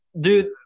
Dude